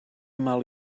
mal